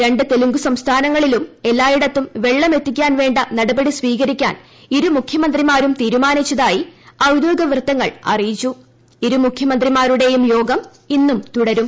രണ്ട് തെലുങ്കു സംസ്ഥാനങ്ങളിലും എല്ലായിടത്തും വെള്ളം എത്തിക്കാൻ വേണ്ട നടപടി സ്പീകരിക്കാൻ ഇരു മുഖ്യമന്ത്രിമാരും തീരുമാനിച്ചതായി ഇരുമുഖ്യമന്ത്രിമാരുടെയും യോഗം ഇന്നും തുടരും